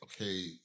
okay